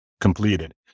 completed